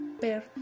pair